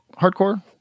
hardcore